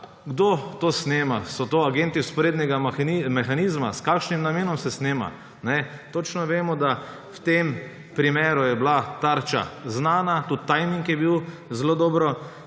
Kdo to snema? So to agenti vzporednega mehanizma? S kakšnim namenom se snema? Točno vemo, da v tem primeru je bila tarča znana, tudi tajming je bil zelo dobro